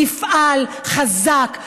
מפעל חזק,